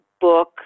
book